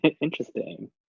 Interesting